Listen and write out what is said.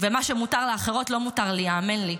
ומה שמותר לאחרות לא מותר לי, האמן לי,